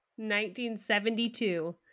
1972